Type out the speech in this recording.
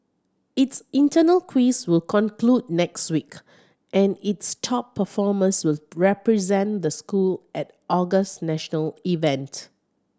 its internal quiz will conclude next week and its top performers will represent the school at August national event